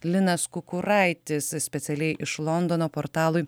linas kukuraitis specialiai iš londono portalui